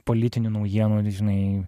politinių naujienų ir žinai